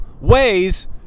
ways